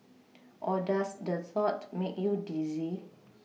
or does the thought make you dizzy